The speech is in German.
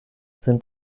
sind